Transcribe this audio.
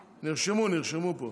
נרשמו, נרשמו פה.